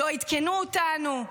"לא עדכנו אותנו",